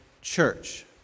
church